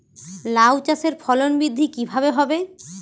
লাউ চাষের ফলন বৃদ্ধি কিভাবে হবে?